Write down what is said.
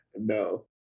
No